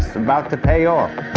about to pay um